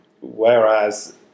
Whereas